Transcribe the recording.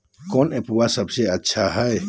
कौन एप्पबा सबसे अच्छा हय?